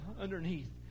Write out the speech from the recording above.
underneath